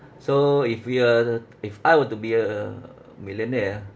so if we were if I were to be a millionaire ah